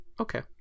okay